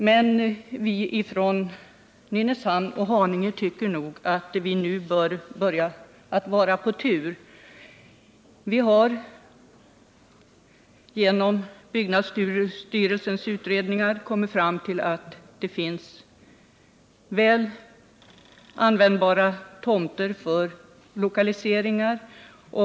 Men vi i Nynäshamn och Haninge tycker nog att vi bör stå på tur nu. Byggnadsstyrelsen har i utredningar kommit fram till att det finns väl användbara tomter för lokaliseringar.